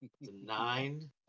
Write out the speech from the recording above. Nine